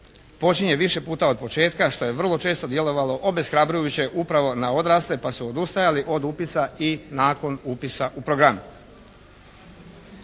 počinje više puta od početka što je vrlo često djelovalo obeshrabrujuće upravo na odrasle pa su odustajali od upisa i nakon upisa u program.